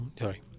sorry